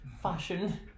Fashion